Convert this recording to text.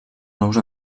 nous